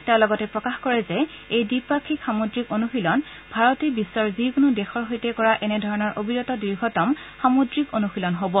তেওঁ লগতে প্ৰকাশ কৰে যে এই দ্বিপাক্ষিক সামুদ্ৰিক অনুশীলন ভাৰতে বিশ্বৰ যিকোনো দেশৰ সৈতে কৰা এনেধৰণৰ অবিৰত দীৰ্ঘতম সামুদ্ৰিক অনুশীলন হ'ব